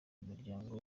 n’umuryango